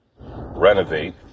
renovate